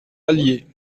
allier